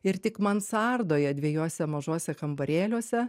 ir tik mansardoje dviejuose mažuose kambarėliuose